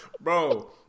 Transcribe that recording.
Bro